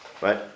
Right